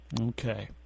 okay